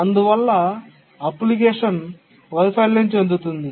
అందువలన అప్లికేషన్ వైఫల్యం చెందుతుంది